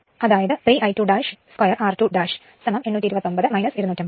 അതായത് 3 I2 2 r2829 250